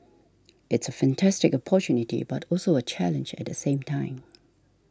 it's a fantastic opportunity but also a challenge at the same time